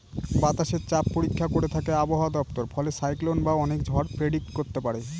বাতাসের চাপ পরীক্ষা করে থাকে আবহাওয়া দপ্তর ফলে সাইক্লন বা অনেক ঝড় প্রেডিক্ট করতে পারে